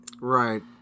Right